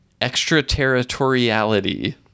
Extraterritoriality